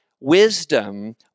wisdom